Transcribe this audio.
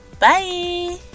bye